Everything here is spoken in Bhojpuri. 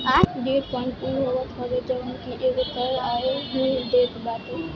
डेट फंड उ होत हवे जवन की एगो तय आय ही देत बाटे